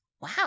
Wow